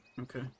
Okay